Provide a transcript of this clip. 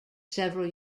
several